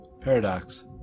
Paradox